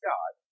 God